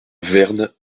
verne